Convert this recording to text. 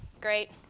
great